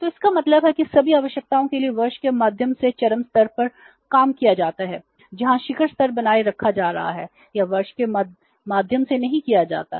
तो इसका मतलब है कि सभी आवश्यकताओं के लिए वर्ष के माध्यम से चरम स्तर पर काम किया जाता है जहां शिखर स्तर बनाए रखा जा रहा है या वर्ष के माध्यम से नहीं किया जाता है